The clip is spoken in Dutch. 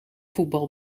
voetbal